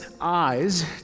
eyes